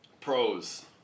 Pros